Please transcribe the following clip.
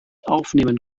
aufnehmen